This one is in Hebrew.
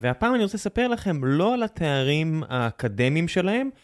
והפעם אני רוצה לספר לכם לא על התארים האקדמיים שלהם,